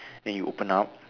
then you open up